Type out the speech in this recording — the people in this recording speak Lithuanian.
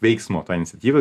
veiksmo tą iniciatyvą